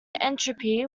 entropy